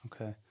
okay